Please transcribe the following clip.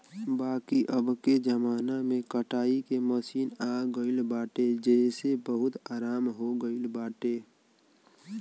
बाकी अबके जमाना में कटाई के मशीन आई गईल बाटे जेसे बहुते आराम हो गईल बाटे